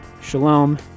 shalom